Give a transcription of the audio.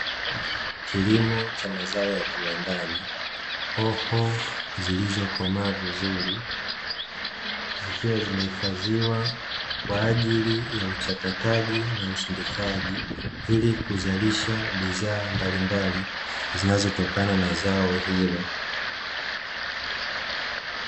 Kilimo cha mazao ya kiwandani, hoho zilizokamaa vizuri, zikiwa zimehifadhiwa kwa ajili ya usindikaji na uchakataji ili kuzalisha bidhaa mbalimbali zinazotokana na zao hilo.